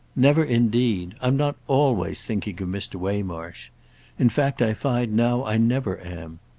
never indeed. i'm not always thinking of mr. waymarsh in fact i find now i never am.